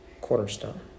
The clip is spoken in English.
cornerstone